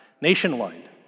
nationwide